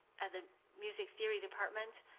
and the music theory department.